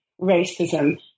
racism